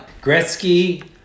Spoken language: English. Gretzky